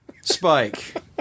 Spike